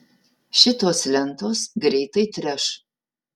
šitos lentos greitai treš